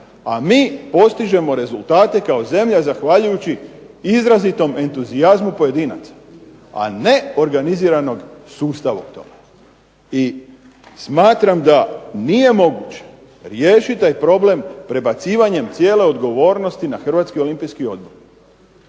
a mi postižemo rezultate kao zemlja zahvaljujući izrazitom entuzijazmu pojedinaca, a ne organiziranog sustava u tome. I smatram da nije moguće riješit taj problem prebacivanjem cijele odgovornosti na Hrvatski olimpijski odbor.